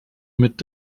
mit